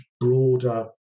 broader